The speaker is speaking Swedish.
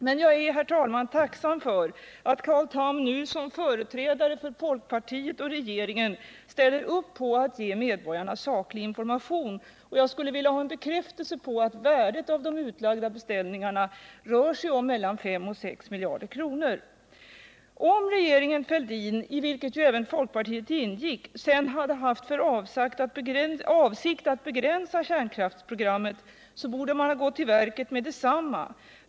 Jag är emellertid, herr talman, tacksam för att Carl Tham som företrädare för folkpartiet och för regeringen nu ställer upp på att ge medborgarna saklig information. Jag skulle också vilja ha en bekräftelse på att värdet av de utlagda beställningarna rör sig om mellan 5 och 6 miljarder kronor. och sysselsättningsmässiga verkningarna av en begränsning av kärnkraftsprogrammet Om regeringen Fälldin, i vilken ju även folkpartiet ingick, verkligen haft för avsikt att begränsa kärnkraftsprogrammet, så borde man ha gått till verket omedelbart.